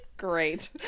Great